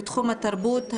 תודה.